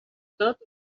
tot